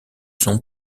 son